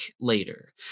later